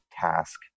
task